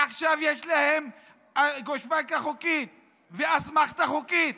עכשיו יש להם גושפנקה חוקית ואסמכתה חוקית